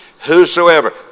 Whosoever